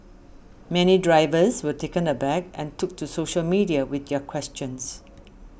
many drivers were taken aback and took to social media with their questions